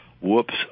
Whoops